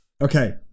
okay